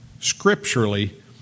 scripturally